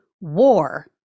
war